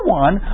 one